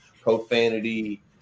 profanity